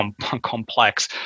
complex